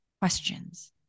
questions